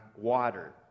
water